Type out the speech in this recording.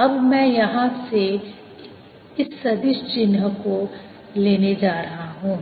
अब मैं यहाँ से इस सदिश चिन्ह को लेने जा रहा हूँ